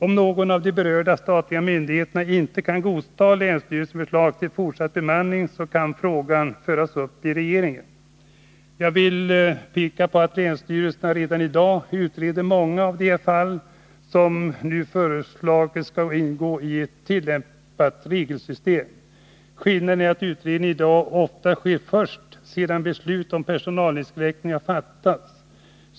Om någon av de berörda statliga myndigheterna inte kan godta länsstyrelsens förslag till en fortsatt bemanning, skall frågan föras upp till regeringen. Jag vill peka på att länsstyrelserna redan i dag utreder många av de fall där det nu föreslagna regelsystemet blir tillämpligt. Skillnaden är att utredningen i dag ofta sker först sedan beslut om personalinskränkning har fattats.